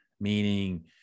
meaning